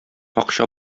акча